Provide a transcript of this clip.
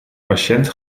patiënt